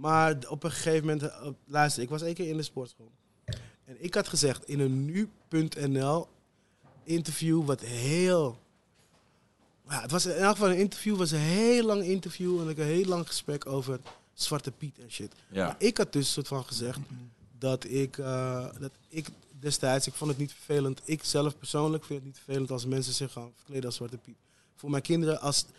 Maar d- op een gegeven moment, uh, op- luister, ik was één keer in de sportschool. En ik had gezegd in een nu.nl interview, wat heel- ja, het was in elk geval een interview, was een heel lang interview en ook een heel lang gesprek over Zwarte Piet en shit. Ja. Maar ik had dus soort van gezegd dat ik, uh, dat ik destijds, ik vond het niet vervelend. Ik zelf persoonlijk vind het niet vervelend als mensen zich gaan verkleden als Zwarte Piet. Voor mijn kinderen, als-